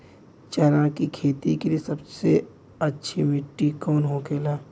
चना की खेती के लिए सबसे अच्छी मिट्टी कौन होखे ला?